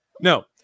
No